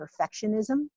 perfectionism